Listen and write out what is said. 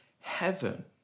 heaven